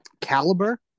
caliber